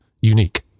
unique